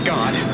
God